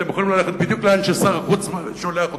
אתם יכולים ללכת בדיוק לאן ששר החוץ שולח אתכם,